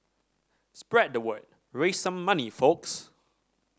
spread the word raise some money folks